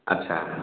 ଆଚ୍ଛା